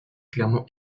clairement